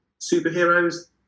superheroes